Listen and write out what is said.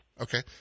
Okay